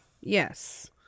Yes